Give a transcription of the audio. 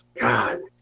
god